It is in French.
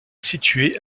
situé